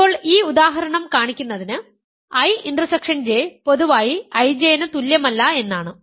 ഇപ്പോൾ ഈ ഉദാഹരണം കാണിക്കുന്നത് I ഇന്റർസെക്ഷൻ J പൊതുവായി IJ ന് തുല്യമല്ല എന്നാണ്